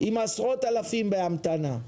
עם עשרות אלפים בהמתנה.